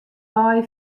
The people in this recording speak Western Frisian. wei